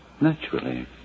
Naturally